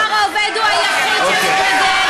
"הנוער העובד" הוא היחיד שמתנגד.